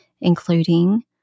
including